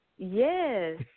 Yes